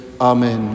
Amen